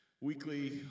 weekly